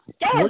Yes